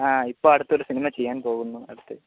ആ ഇപ്പം അടുത്ത് ഒരു സിനിമ ചെയ്യാൻ പോകുന്നു അടുത്ത്